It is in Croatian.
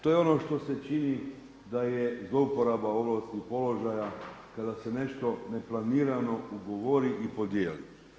To je ono što se čini da je zlouporaba ovlasti položaja kada se nešto neplanirano ugovori i podijeli.